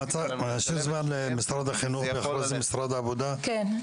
חבר הכנסת רון כץ,